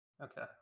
Okay